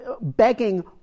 Begging